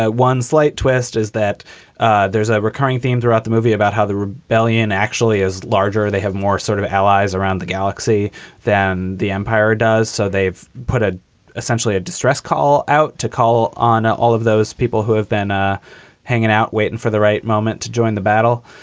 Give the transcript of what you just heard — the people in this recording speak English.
ah one slight twist is that there's a recurring theme throughout the movie about how the rebellion actually is larger. they have more sort of allies around the galaxy than the empire does. so they've put a essentially a distress call out to call on all of those people who have been ah hanging out, waiting for the right moment to join the battle.